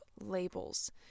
labels